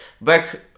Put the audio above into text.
back